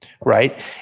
right